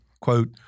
Quote